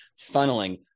funneling